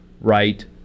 right